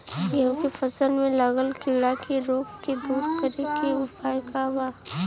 गेहूँ के फसल में लागल कीड़ा के रोग के दूर करे के उपाय का बा?